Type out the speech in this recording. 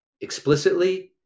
explicitly